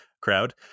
crowd